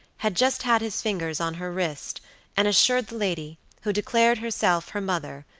had just had his fingers on her wrist and assured the lady, who declared herself her mother,